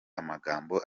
amagambo